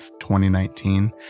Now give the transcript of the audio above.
2019